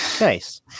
Nice